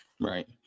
Right